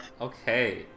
Okay